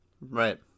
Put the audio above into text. Right